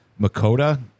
Makota